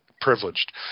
privileged